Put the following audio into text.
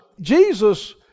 Jesus